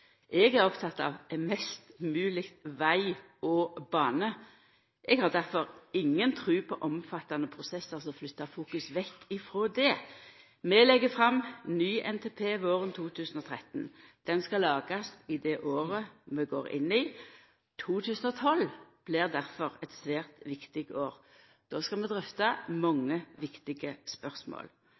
veg og bane. Eg har difor inga tru på omfattande prosessar som flyttar fokus vekk frå det. Vi legg fram ny NTP våren 2013. Han skal lagast i det året vi går inn i. 2012 blir difor eit svært viktig år. Då skal vi drøfta mange viktige spørsmål!